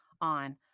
on